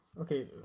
Okay